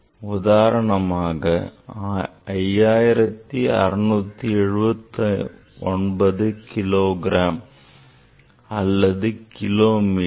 உதாரணமாக 5679 kilogram அல்லது kilometre